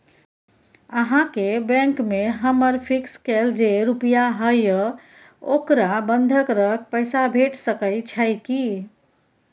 अहाँके बैंक में हमर फिक्स कैल जे रुपिया हय ओकरा बंधक रख पैसा भेट सकै छै कि?